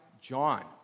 john